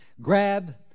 Grab